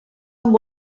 amb